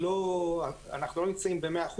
אנחנו לא נמצאים ב-100%,